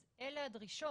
אז אלה הדרישות,